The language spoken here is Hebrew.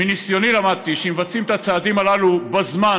מניסיוני למדתי שאם מבצעים את הצעדים הללו בזמן,